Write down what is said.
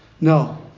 No